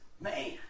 Man